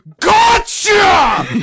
Gotcha